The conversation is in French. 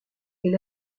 est